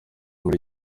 muri